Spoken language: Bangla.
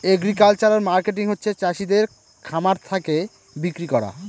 এগ্রিকালচারাল মার্কেটিং হচ্ছে চাষিদের খামার থাকে বিক্রি করা